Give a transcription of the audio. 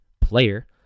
player